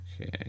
Okay